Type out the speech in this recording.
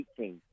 18